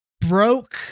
broke